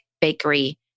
bakery